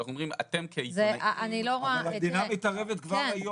אנחנו אומרים אתם כעיתונאים --- אבל המדינה מתערבת כבר היום,